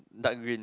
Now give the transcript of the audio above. dark green